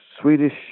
Swedish